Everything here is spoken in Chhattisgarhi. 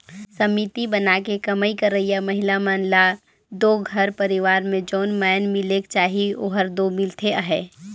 समिति बनाके कमई करइया महिला मन ल दो घर परिवार में जउन माएन मिलेक चाही ओहर दो मिलते अहे